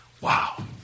Wow